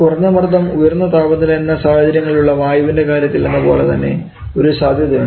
കുറഞ്ഞ മർദ്ദം ഉയർന്ന താപനില എന്നീ സാഹചര്യങ്ങളിൽ ഉള്ള വായുവിന്റെ കാര്യത്തിൽ എന്നതുപോലെതന്നെ ഒരു സാധ്യതയുണ്ട്